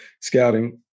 scouting